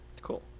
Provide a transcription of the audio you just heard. Cool